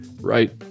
right